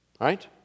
Right